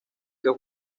que